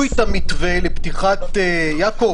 את המתווה לפתיחת- -- (היו"ר יעקב אשר,